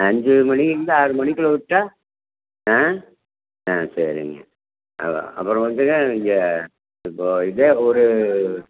அஞ்சு மணியில இருந்து ஆறு மணிக்குள்ளே விட்டால் ஆ ஆ சரிங்க அப்புறம் அப்புறம் வந்துங்க இங்கே இப்போ இதே ஒரு